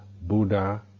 Buddha